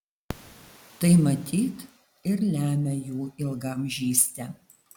tai matyt ir lemia jų ilgaamžystę